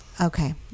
okay